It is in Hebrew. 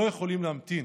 לא יכולים להמתין.